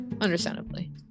Understandably